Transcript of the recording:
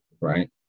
Right